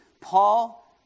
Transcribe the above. Paul